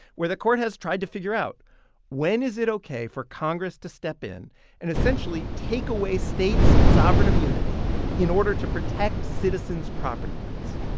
where the court has tried to figure out when is it ok for congress to step in and essentially take away states' sovereign immunity in order to protect citizens' property rights.